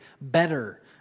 better